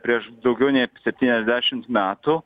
prieš daugiau nei septyniasdešimt metų